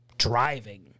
Driving